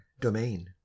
domain